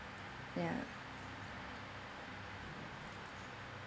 ya